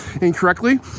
incorrectly